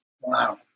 Wow